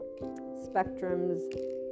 spectrums